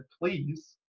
please